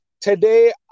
Today